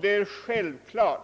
Det är självklart